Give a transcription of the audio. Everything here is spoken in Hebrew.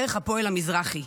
דרך הפועל המזרחי,